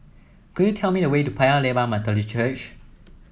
could you tell me the way to Paya Lebar Methodist Church